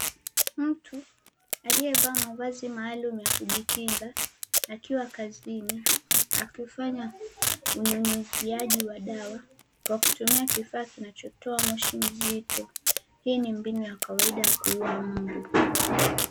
Mtu aliyevaa mavazi maalum ya kujikinga akiwa kazini akifanya unyunyusiaji wa dawa kwa kutumia kifaa kinachotoa moshi mzito. Hii ni mbinu ya kawaida ya kuua umbu.